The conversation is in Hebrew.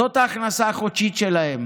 זו ההכנסה החודשית שלהם.